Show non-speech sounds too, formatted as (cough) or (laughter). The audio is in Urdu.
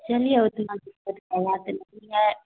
چلیے اتنا دقت (unintelligible) نہیں ہے